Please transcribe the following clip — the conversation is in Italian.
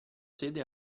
sede